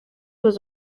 was